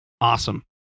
Awesome